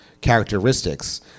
characteristics